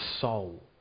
soul